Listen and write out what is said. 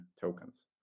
tokens